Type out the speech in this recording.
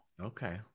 Okay